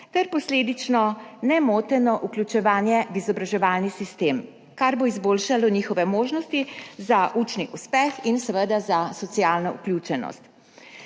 ter posledično nemoteno vključevanje v izobraževalni sistem, kar bo izboljšalo njihove možnosti za učni uspeh in seveda za socialno vključenost.